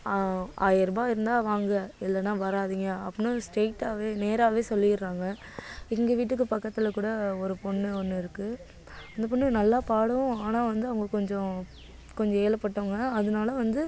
ஆயரூபா இருந்தால் வாங்க இல்லைனா வராதீங்க அப்புடினு ஸ்ரெயிட்டாகவே நேராகவே சொல்லிடுறாங்க எங்கள் வீட்டுக்கு பக்கத்துலக்கூட ஒரு பொண்ணு ஒன்று இருக்கு அந்த பொண்ணு நல்லா பாடும் ஆனால் வந்து அவங்க கொஞ்சம் கொஞ்சம் ஏழப்பட்டவங்க அதனால வந்து